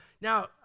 Now